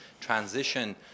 transition